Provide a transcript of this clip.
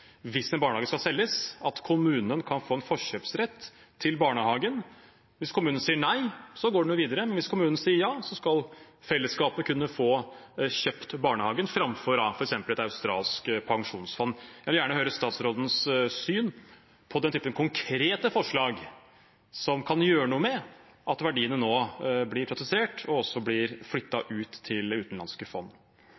hvis en barnehage skal selges, kan kommunen få en forkjøpsrett til barnehagen. Hvis kommunen sier nei, går den jo videre, men hvis kommunen sier ja, skal fellesskapet kunne få kjøpt barnehagen, framfor f.eks. et australsk pensjonsfond. Jeg vil gjerne høre statsrådens syn på den typen konkrete forslag som kan gjøre noe med at verdiene nå blir privatisert og også blir